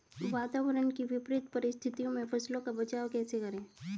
वातावरण की विपरीत परिस्थितियों में फसलों का बचाव कैसे करें?